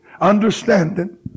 understanding